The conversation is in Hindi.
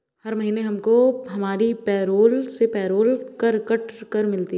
हर महीने हमको हमारी पेरोल से पेरोल कर कट कर मिलता है